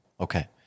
Okay